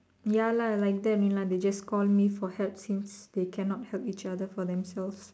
ya lah like that only lah they just call me for help since they cannot help each other for themselves